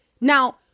Now